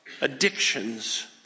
addictions